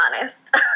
honest